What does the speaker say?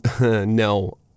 No